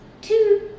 two